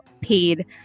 paid